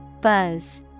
Buzz